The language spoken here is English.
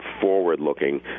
forward-looking